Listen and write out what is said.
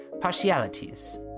partialities